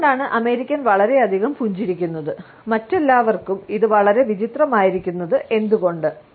എന്തുകൊണ്ടാണ് അമേരിക്കൻ വളരെയധികം പുഞ്ചിരിക്കുന്നത് മറ്റെല്ലാവർക്കും ഇത് വളരെ വിചിത്രമായിരിക്കുന്നത് എന്തുകൊണ്ട്